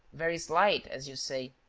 very slight, as you say.